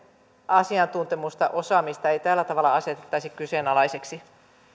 asiantuntemusta ja osaamista ei tällä tavalla asetettaisi kyseenalaiseksi